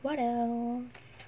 what else